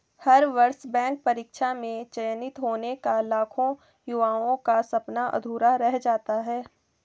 हर वर्ष बैंक परीक्षा में चयनित होने का लाखों युवाओं का सपना अधूरा रह जाता है